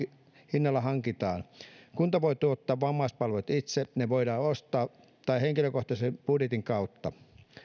hinnalla hankitaan kunta voi tuottaa vammaispalvelut itse ne voidaan ostaa tai järjestää henkilökohtaisen budjetin kautta